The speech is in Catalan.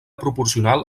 proporcional